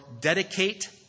dedicate